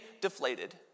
deflated